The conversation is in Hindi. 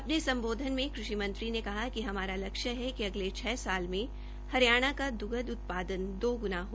अपने सम्बोधन में कृषि मंत्री ने कहा कि हमारा लक्ष्य है कि अगले छ साल मे हरियाणा का द्वम्ध उत्पादन दोग्णा हो